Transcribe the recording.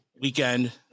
weekend